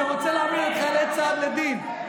שרוצה להעמיד את חיילי צה"ל לדין.